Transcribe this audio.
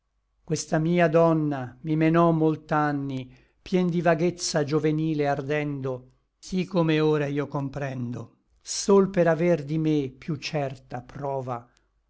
questa mia donna mi menò molt'anni pien di vaghezza giovenile ardendo sí come ora io comprendo sol per aver di me piú certa prova